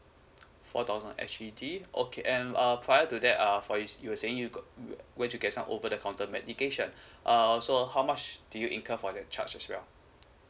four thousand S_G_D okay and um prior to that uh for its you were saying you got where you get some over the counter medication um so how much do you incur for that charge as well